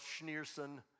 Schneerson